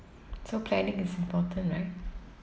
so planning is important right